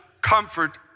comfort